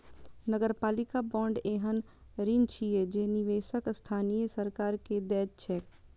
नगरपालिका बांड एहन ऋण छियै जे निवेशक स्थानीय सरकार कें दैत छैक